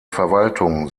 verwaltung